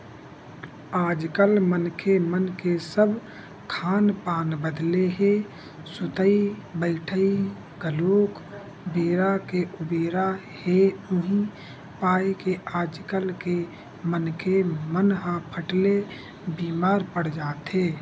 आजकल मनखे मन के सब खान पान बदले हे सुतई बइठई घलोक बेरा के उबेरा हे उहीं पाय के आजकल के मनखे मन ह फट ले बीमार पड़ जाथे